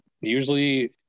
Usually